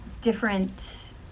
Different